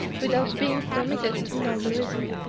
without being permitted to know the reason.